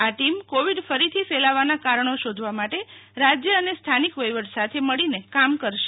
આ team Covid ફરીથી ફેલાવાના કારણો શોધવા માટે રાજય અને સ્થાનિક વહીવટ સાથે મળીને કામ કરશે